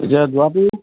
এতিয়া যোৱাটো